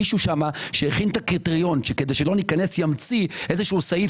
מישהו שם שהכין את הקריטריון כדי שלא ניכנס המציא סעיף